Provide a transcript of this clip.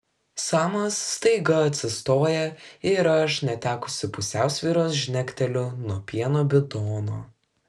samas staiga atsistoja ir aš netekusi pusiausvyros žnekteliu nuo pieno bidono